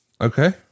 Okay